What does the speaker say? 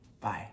Bye